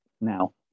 Now